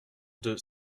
deux